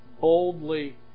boldly